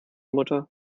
mutter